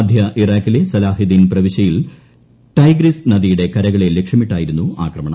മധ്യ ഇറാഖിലെ സലാഹെദ്ദീൻ പ്രവിശ്യയിൽ ടൈഗ്രിസ് നദിയുടെ കരകളെ ലക്ഷ്യമിട്ടായിരുന്നു ആക്രമണം